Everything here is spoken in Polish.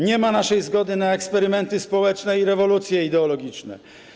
Nie ma naszej zgody na eksperymenty społeczne i rewolucje ideologiczne.